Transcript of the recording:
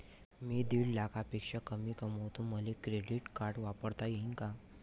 मी दीड लाखापेक्षा कमी कमवतो, मले क्रेडिट कार्ड वापरता येईन का?